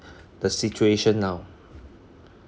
the situation now